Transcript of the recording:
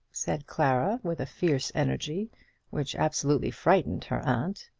said clara with a fierce energy which absolutely frightened her aunt.